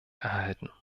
erhalten